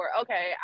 okay